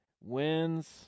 wins